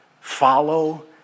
follow